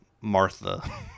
Martha